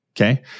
okay